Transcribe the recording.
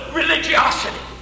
religiosity